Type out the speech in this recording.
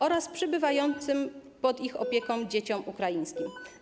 oraz przebywającym pod ich opieką dzieciom ukraińskim.